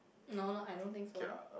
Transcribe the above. no no I don't think so